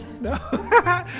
no